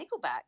Nickelback